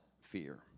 fear